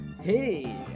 hey